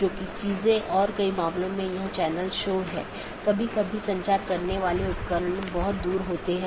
विशेषता का संयोजन सर्वोत्तम पथ का चयन करने के लिए उपयोग किया जाता है